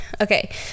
okay